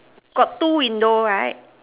got two window right